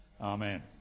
Amen